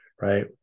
right